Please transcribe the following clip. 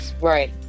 right